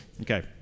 Okay